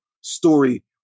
story